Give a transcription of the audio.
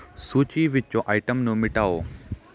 ਸੂਚੀ ਵਿੱਚੋਂ ਆਈਟਮ ਨੂੰ ਮਿਟਾਓ